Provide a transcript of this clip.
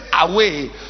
away